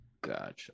Gotcha